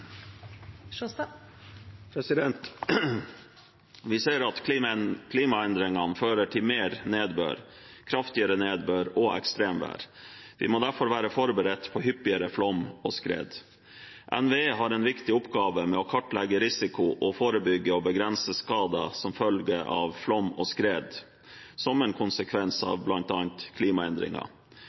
Vi ser at klimaendringene fører til mer nedbør, kraftigere nedbør og ekstremvær. Vi må derfor være forberedt på at flom og skred vil skje hyppigere. NVE har en viktig oppgave med å kartlegge risiko og å forebygge og begrense skader som følge av flom og skred, som er en konsekvens av